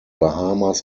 bahamas